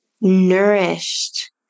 nourished